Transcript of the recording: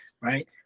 right